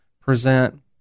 present